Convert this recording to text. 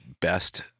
best